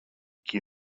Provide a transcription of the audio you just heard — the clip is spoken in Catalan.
qui